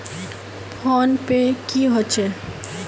Phone पै की होचे?